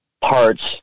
parts